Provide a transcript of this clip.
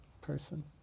person